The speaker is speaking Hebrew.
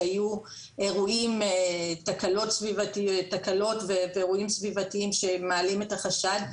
שהיו תקלות ואירועים סביבתיים שמעלים את החשד,